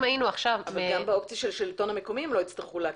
אבל גם באופציה של השלטון המקומי הם לא יצטרכו להקים.